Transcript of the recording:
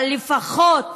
אבל לפחות